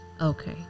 okay